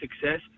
success